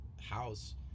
house